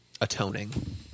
atoning